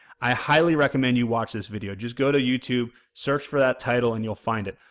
i highly recommend you watch this video. just go to youtube, search for that title and you'll find it.